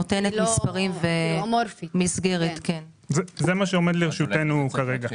בכל מקרה, זה מה שעומד לרשותנו כרגע.